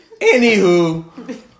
Anywho